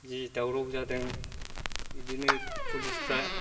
जि दावराव जादों बिदिनो पुलिसफ्रा